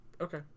okay